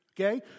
okay